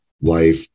life